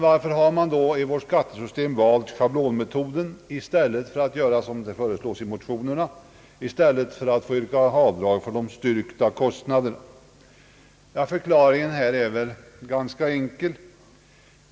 Varför har man då i vårt skattesystem valt schablonmetoden i stället för det system som föreslås i motionen, enligt vilket man skulle få yrka avdrag för de styrkta kostnaderna? Förklaringen är väl ganska enkel.